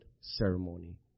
ceremony